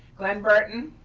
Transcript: glenn burton.